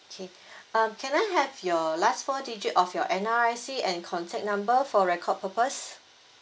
okay um can I have your last four digit of your N_R_I_C and contact number for record purpose